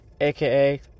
aka